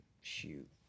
shoot